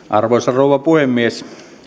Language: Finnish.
arvoisa rouva puhemies